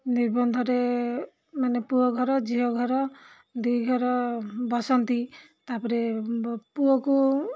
ନିର୍ବନ୍ଧରେ ମାନେ ପୁଅ ଘର ଝିଅ ଘର ଦୁଇ ଘର ବସନ୍ତି ତା'ପରେ ପୁଅକୁ